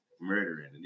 murdering